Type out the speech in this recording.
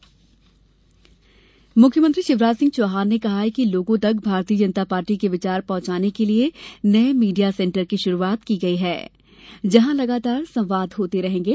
media centre मुख्यमंत्री शिवराज चौहान ने कहा है कि लोगों तक भारतीय जनता पार्टी के विचार पहुंचाने े के लिए नए मीडिया सेंटर की शुरुआत की गई है जहां लगातार संवाद होते रहेंगे